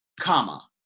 comma